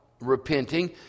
repenting